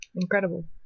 Incredible